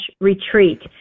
retreat